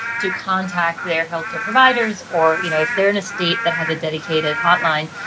to contact their health care providers or, you know, if they're in a state that has a dedicated hotline,